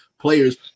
players